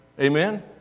Amen